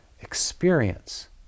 experience